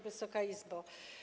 Wysoka Izbo!